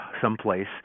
someplace